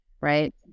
right